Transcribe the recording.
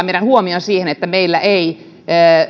meidän huomiomme siihen että